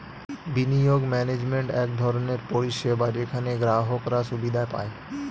বিনিয়োগ ম্যানেজমেন্ট এক ধরনের পরিষেবা যেখানে গ্রাহকরা সুবিধা পায়